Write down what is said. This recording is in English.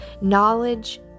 Knowledge